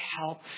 help